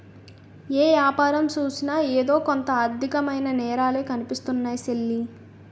ఏ యాపారం సూసినా ఎదో కొంత ఆర్దికమైన నేరాలే కనిపిస్తున్నాయ్ సెల్లీ